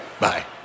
Bye